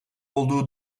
olduğu